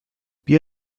بیا